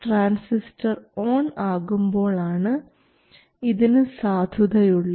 transistor on ആകുമ്പോൾ ആണ് ഇതിന് സാധുതയുള്ളത്